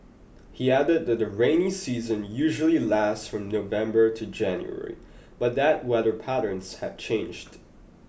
he added that the rainy season usually lasts from November to January but that weather patterns had changed